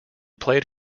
played